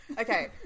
Okay